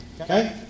Okay